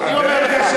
אני אומר לך.